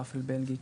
וופל בלגי,